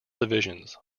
divisions